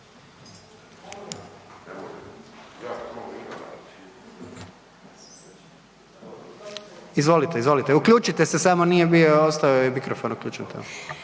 Izvolite, izvolite, uključite se samo nije bio, ostao je mikrofon uključen